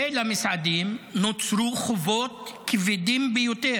ולמסעדנים נוצרו חובות כבדים ביותר.